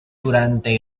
durante